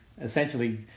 essentially